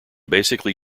basically